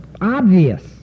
obvious